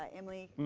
ah emily.